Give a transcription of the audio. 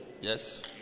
yes